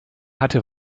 hatte